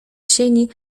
sieni